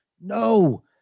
No